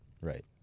right